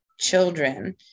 children